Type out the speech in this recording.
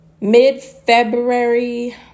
mid-February